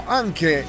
anche